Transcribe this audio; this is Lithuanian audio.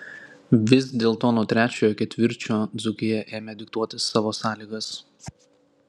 vis dėlto nuo trečiojo ketvirčio dzūkija ėmė diktuoti savo sąlygas